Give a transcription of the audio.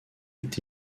est